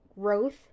growth